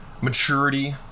maturity